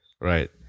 right